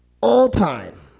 all-time